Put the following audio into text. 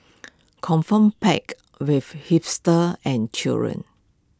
confirm packed with hipsters and children